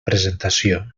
presentació